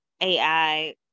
AI